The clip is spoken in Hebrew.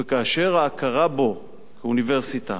וההכרה בו כאוניברסיטה